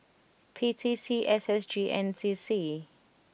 P T C S S G and N C C